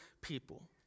people